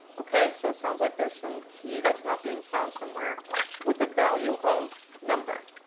ok, so it sounds like there's some key that's not being found somewhere with a value of number.